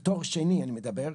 לתואר שני אני מדבר,